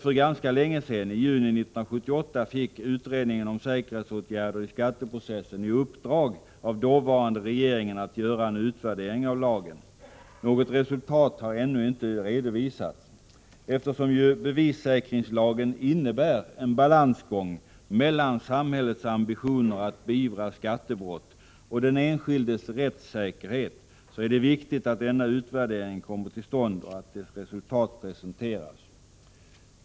För ganska länge sedan, i juni 1978, fick utredningen om säkerhetsåtgärder i skatteprocessen i uppdrag av den dåvarande regeringen att göra en utvärdering av lagen. Något resultat har ännu inte redovisats. Eftersom ju bevissäkringslagen innebär en balansgång mellan samhällets ambitioner att beivra skattebrott och den enskildes rättssäkerhet, är det viktigt att denna utvärdering kommer till stånd och att dess resultat presenteras.